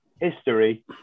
history